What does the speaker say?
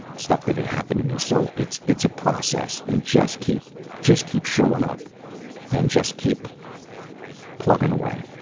stuff that had happened to me. so it's it's a process, and just keep just keep showing up and just keep plugging away.